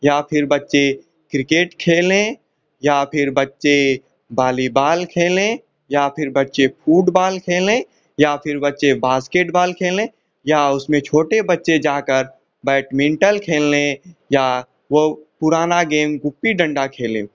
या फिर बच्चे किर्केट खेलें या फिर बच्चे बालीबाल खेलें या फिर बच्चे फुटबाल खेलें या फिर बच्चे बास्केटबाल खेलें या उसमें छोटे बच्चे जाकर बैटमिन्टल खेलें या वो पुराना गेम गुप्पी दंडा खेलें